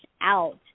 out